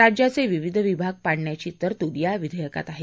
राज्याचे विविध विभाग पाडण्याची तरतूद या विधेयकात आहे